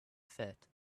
fit